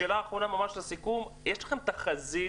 שאלה אחרונה ממש לסיכום: יש לכם תחזית